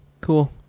cool